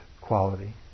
quality